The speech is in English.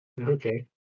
Okay